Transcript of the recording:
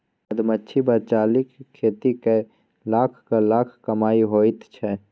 मधुमाछी वा चालीक खेती कए लाखक लाख कमाई होइत छै